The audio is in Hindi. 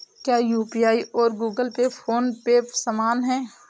क्या यू.पी.आई और गूगल पे फोन पे समान हैं?